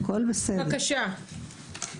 בבקשה,